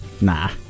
Nah